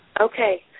Okay